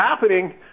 happening